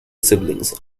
siblings